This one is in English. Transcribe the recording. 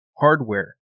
hardware